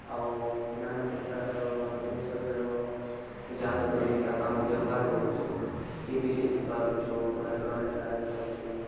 ଆଉ ନାନାପ୍ରକାରର ଜିନିଷଯାକ ଯାହା ତ କରି ତାକୁ ଆମେ ବ୍ୟବହାର କରୁଛୁ ଟି ଭି ଦେଖିପାରୁଛୁ ଘରେ କରେଣ୍ଟ ଲାଗିଥାଉଛି